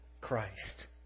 Christ